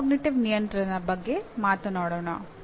metacognitive ನಿಯಂತ್ರಣದ ಬಗ್ಗೆ ಮಾತನಾಡೋಣ